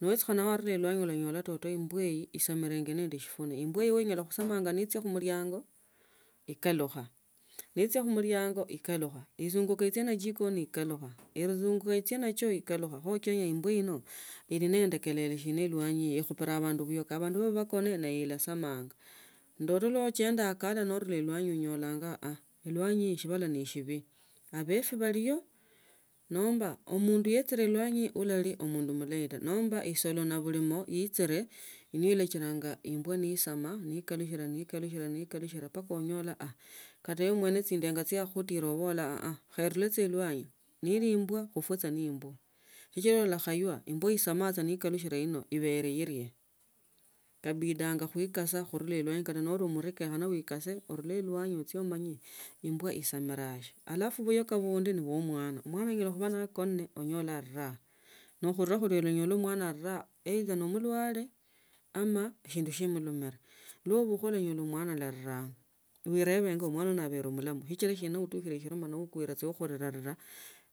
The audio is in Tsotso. nochikhuna norula elwanyi olanyola toto imbwa hii isamilingo nende shifune imbwa hiyo inyala khusamanga mmliango kalukha nechia khumulia ngo ikalukha esung’ukia mujikoni ukalukha ichia ikaluchya kho uchenya imbwa ino ili nende kelele shina elwanyi hii ikhupalianga abandu buyoka abandu nabakona nayo esamanga. Toto nochenda nonola elwanyi onyola aah elwanyi hino eshibala neshibii abefi balio nomba omundu yechileelwnayi olarii omundu omulayi nomba isolo na bulima ichile ni la chiranga imbwa nisama nikhalukhila, nikhalukhila mpaka onyola aah kata mwene chinyanga chiakhakhitila aah sarisa saa elwani neli imbwa ibe sa imbwa sichila olakhaywa ne sama nekalukhila kabidanga khuilisisa khurula elwani kafa nolibi umurii khane wikabe urule elwani umanye imbwa isamila sii alfu bayoka bundi ni bwa mwana omwana anyala nakanile ne onyda aliraa nekhurula wunyila mwana aliraa either nomulwale ama shindu shimulumile. Nobukha unanyola mwana arirenge noireba omwana alinanga, noireberwana uno abeche mulamu sichila etukhile shilo yakhoka saa wakhurila rila.